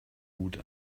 gut